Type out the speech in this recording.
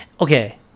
okay